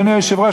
אדוני היושב-ראש,